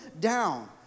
down